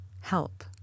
Help